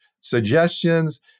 suggestions